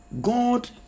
God